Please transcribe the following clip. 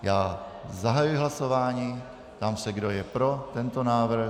Já zahajuji hlasování a ptám se, kdo je pro tento návrh.